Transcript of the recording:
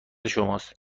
شماست